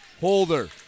Holder